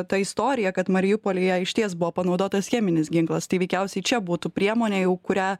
ta istorija kad mariupolyje išties buvo panaudotas cheminis ginklas tai veikiausiai čia būtų priemonė jau kurią